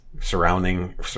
Surrounding